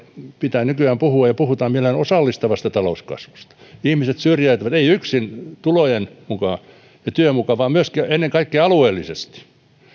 pitää nykyään puhua ja puhutaan mielellään osallistavasta talouskasvusta ihmiset syrjäytyvät ei yksin tulojen mukaan ja työn mukaan vaan myös ja ennen kaikkea alueellisesti